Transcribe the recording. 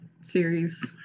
series